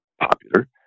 popular